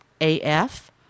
AF